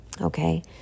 Okay